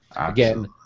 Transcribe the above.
Again